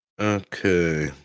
Okay